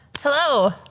Hello